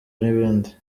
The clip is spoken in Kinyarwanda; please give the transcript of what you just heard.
n’ibindi